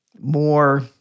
more